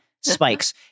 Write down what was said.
spikes